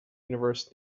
universe